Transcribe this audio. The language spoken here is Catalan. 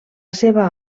seva